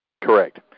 Correct